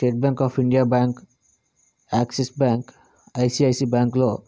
state bank of India bank Axis bank ICICI బ్యాంక్లో